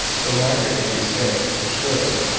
but margaret can be spared, surely.